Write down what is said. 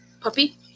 Puppy